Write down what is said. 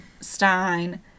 Stein